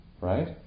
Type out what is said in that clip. right